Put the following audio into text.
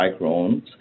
microns